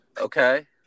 Okay